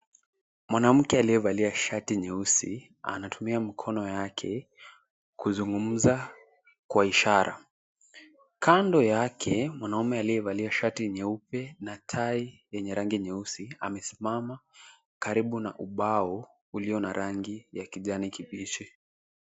Mwanamke aliyevalia shati nyeusi anatumia mkono yake kuzungumza kwa ishara. Kando yake, mwanaume aliyevalia shati nyeupe na tai yenye rangi nyeusi amesimama karibu na ubao uliyo na rangi ya kijani kibichi.